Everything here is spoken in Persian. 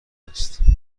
است